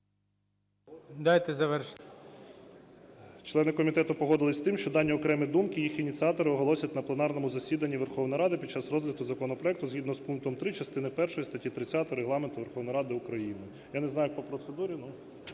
Члени комітету погодились з тим, що дані окремі думку їх ініціатори оголосять на пленарному засіданні Верховної Ради під час розгляду законопроекту, згідно з пунктом 3 частини першої статті 30 Регламенту Верховної Ради України. Я не знаю як по процедурі, ну…